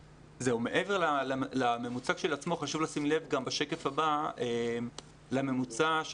מעבר לממוצע כשלעצמו חשוב לשים לב לממוצע של